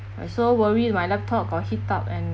I so worry my laptop got heat up and